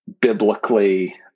biblically